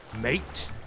Mate